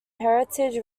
heritage